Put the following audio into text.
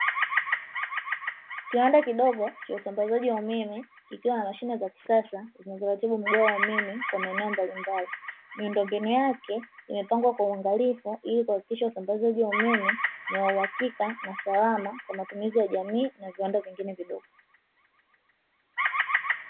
Kiwanda kidogo cha usambazaji wa umeme, kikiwa na mashine za kisasa zinazoratibu mgao wa umeme kwa maeneo mbalimbali. Miundombinu yake imepangwa kwa uangalifu ili kuhakikisha usambazaji wa umeme ni wauhakika na salama kwa matumizi ya jamii na viwanda vingine vidogo.